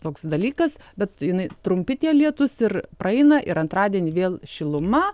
toks dalykas bet jinai trumpi tie lietus ir praeina ir antradienį vėl šiluma